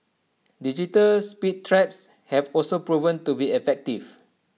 digital speed traps have also proven to be effective